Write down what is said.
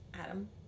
Adam